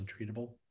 untreatable